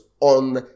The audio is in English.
on